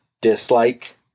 dislike